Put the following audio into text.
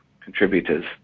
contributors